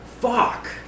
Fuck